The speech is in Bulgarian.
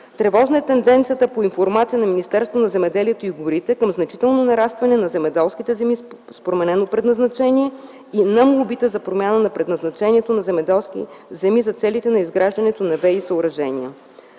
Тревожна е тенденцията по информация на Министерството на земеделието към значително нарастване на земеделските земи с променено предназначение и на молбите за промяна на предназначението на земеделски земи за целите на изграждането на ВИ-съоръжения.